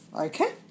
Okay